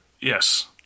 yes